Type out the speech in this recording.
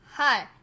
Hi